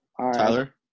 Tyler